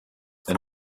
and